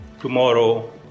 tomorrow